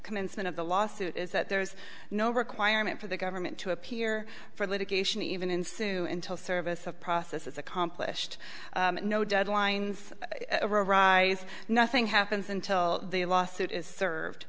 commencement of the lawsuit is that there is no requirement for the government to appear for litigation even in soon until service of process is accomplished no deadlines arise nothing happens until the lawsuit is